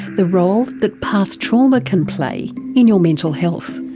the role that past trauma can play in your mental health.